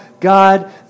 God